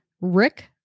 Rick